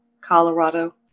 Colorado